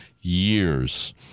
years